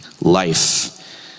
life